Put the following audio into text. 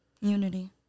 Unity